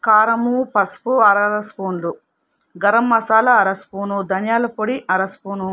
కారం పసుపు అర స్పూన్లు గరంమసాలా అర స్పూను ధనియాల పొడి అర స్పూను